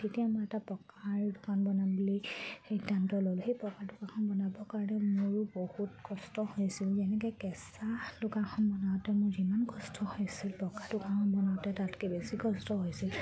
তেতিয়া মই এটা পকাৰ দোকান বনাম বুলি সিদ্ধান্ত ল'লোঁ সেই পকা দোকানখন বনাবৰ কাৰণে মোৰো বহুত কষ্ট হৈছিল যেনেকৈ কেঁচা দোকানখন বনাওঁতে মোৰ যিমান কষ্ট হৈছিল পকা দোকানখন বনাওঁতে তাতকৈ বেছি কষ্ট হৈছিল